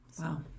Wow